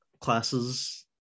classes